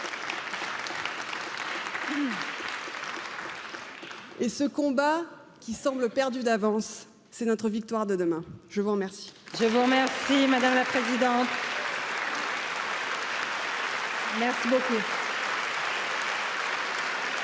possible qui semble perdu d'avance, c'est notre victoire de demain je vous remercie,